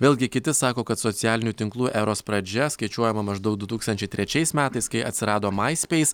vėlgi kiti sako kad socialinių tinklų eros pradžia skaičiuojama maždaug du tūkstančiai trečiais metais kai atsirado my space